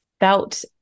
felt